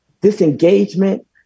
disengagement